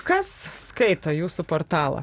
kas skaito jūsų portalą